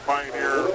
Pioneer